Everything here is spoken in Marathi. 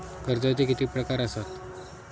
कर्जाचे किती प्रकार असात?